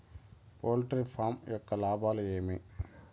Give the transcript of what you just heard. poultry farm యొక్క లాభాలు ఏమి